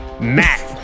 Matt